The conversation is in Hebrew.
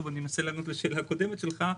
אני מנסה לענות לשאלה הקודמת שלך,